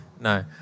No